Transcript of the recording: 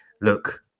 look